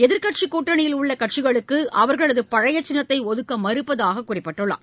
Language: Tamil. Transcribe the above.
எதிர்க்கட்சிக் கூட்டணியில் உள்ள கட்சிகளுக்கு அவர்களது பழைய சின்னத்தை ஒதுக்க மறுப்பதாக குறிப்பிட்டுள்ளார்